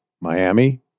Miami